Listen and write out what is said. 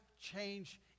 change